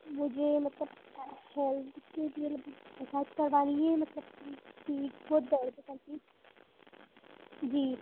मुझे मतलब हेल्थ के लिए मसाज करवानी है मतलब कि पीठ पे दर्द काफ़ी जी